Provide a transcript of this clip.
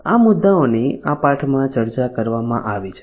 આ મુદ્દાઓની આ પાઠમાં ચર્ચા કરવામાં આવી છે